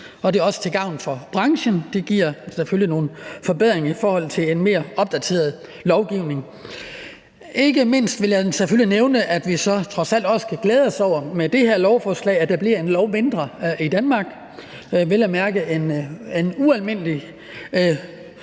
Og det er også til gavn for branchen – det giver nogle forbedringer i forhold til en mere opdateret lovgivning. Jeg vil ikke mindst nævne, at vi trods alt også kan glæde os over, at der med det her lovforslag bliver en lov mindre i Danmark, vel at mærke en ualmindelig